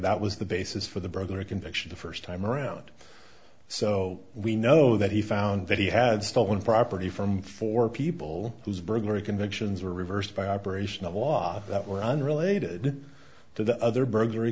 that was the basis for the burglary conviction the first time around so we know that he found that he had stolen property from four people whose burglary convictions were reversed by operation of law that were unrelated to the other burglary